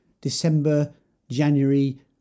December-January